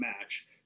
match